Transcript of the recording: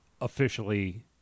officially